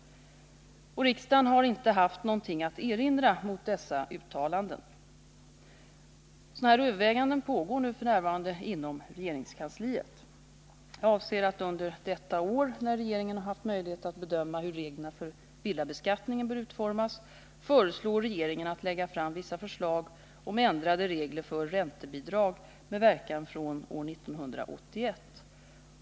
Riksdagen har inte haft något att erinra mot dessa uttalanden. Sådana överväganden pågår f. n. inom regeringskansliet. Jag avser att under detta år, när regeringen har haft möjlighet att bedöma hur reglerna för villabeskattningen bör utformas, föreslå regeringen att lägga fram vissa förslag om ändrade regler för räntebidrag med verkan från år 1981.